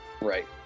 right